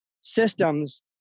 systems